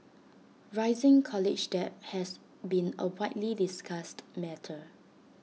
rising college debt has been A widely discussed matter